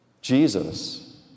Jesus